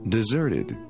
Deserted